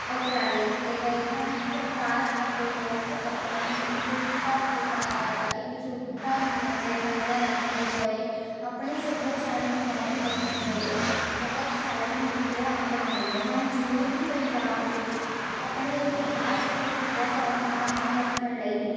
ਉਪਰਾਲੇ ਕੀਤੇ ਗਏ ਹਨ ਸਰਕਾਰ ਅਤੇ ਲੋਕ ਆਪਣੀ ਇੱਕਜੁਟਤਾ ਇੱਕਜੁਟਤਾ ਨੂੰ ਮੱਦੇ ਨਜ਼ਰ ਰੱਖਦੇ ਹੋਏ ਆਪਣੇ ਸੱਭਿਆਚਾਰ ਨੂੰ ਕਾਇਮ ਰੱਖਣ ਲਈ ਬਹੁਤ ਸਾਰੀਆਂ ਨੀਤੀਆਂ ਅਪਣਾਉਂਦੇ ਹਨ ਜਿਵੇਂ ਕਿ ਪੰਜਾਬ ਵਿੱਚ ਆਪਣੇ ਇਤਿਹਾਸ ਅਤੇ ਸੱਭਿਆਚਾਰ ਨੂੰ ਕਾਇਮ ਰੱਖਣ ਲਈ